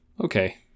Okay